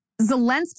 Zelensky